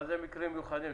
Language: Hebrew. מה הם המקרים המיוחדים?